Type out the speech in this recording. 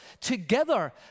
together